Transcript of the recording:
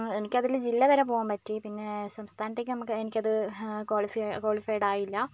എനിക്കതിൽ ജില്ല വരെ പോവാൻ പറ്റി പിന്നെ സംസ്ഥാനത്തേക്ക് നമുക്ക് എനിക്കത് ക്വാളിഫൈ ക്വാളിഫൈഡ് ആയില്ല